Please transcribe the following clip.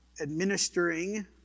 administering